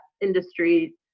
industry